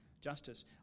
Justice